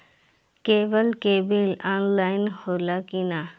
Cable के bill offline होला कि ना?